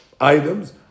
items